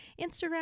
Instagram